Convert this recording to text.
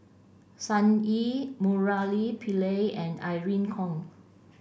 Sun Yee Murali Pillai and Irene Khong